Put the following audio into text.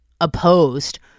opposed